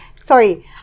sorry